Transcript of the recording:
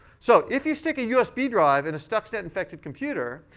so if you stick a usb drive in a stuxnet infected computer,